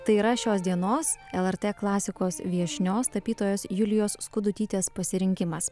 tai yra šios dienos lrt klasikos viešnios tapytojos julijos skudutytės pasirinkimas